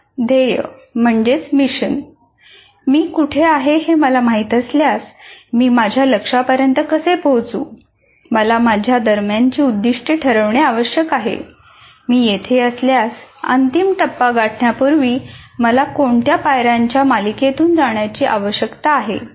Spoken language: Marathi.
मग मिशन जवळपास आहे